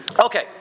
Okay